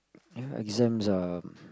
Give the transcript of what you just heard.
yeah exams are